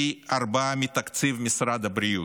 פי ארבעה מתקציב משרד הבריאות,